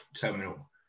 terminal